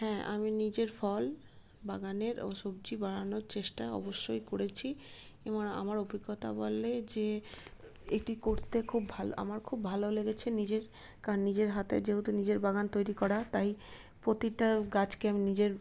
হ্যাঁ আমি নিজের ফল বাগানের ও সবজি বাড়ানোর চেষ্টা অবশ্যই করেছি এবার আমার অভিজ্ঞতা বলে যে এটি করতে খুব ভালো আমার খুব ভালো লেগেছে নিজের কারণ নিজের হাতে যেহেতু নিজের বাগান তৈরি করা তাই প্রতিটা গাছকে আমি নিজের